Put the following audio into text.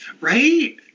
Right